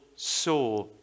saw